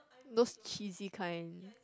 those cheesy kind